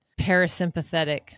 parasympathetic